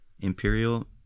Imperial